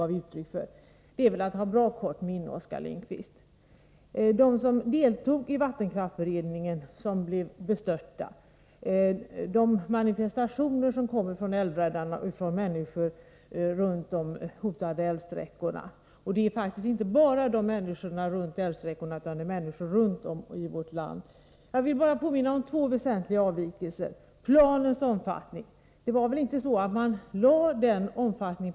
Har man glömt de reaktionerna har man bra kort minne, Oskar Lindkvist. Personer som deltagit i vattenkraftsberedningens arbete blev bestörta, och det kom manifestationer från älvräddarna, från människor kring de hotade älvsträckorna och också från människor runt om i vårt land. Jag vill påminna om två väsentliga avvikelser från vattenkraftsberedningens förslag. Den ena avvikelsen gäller planens omfattning.